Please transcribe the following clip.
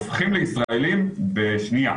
בשטח,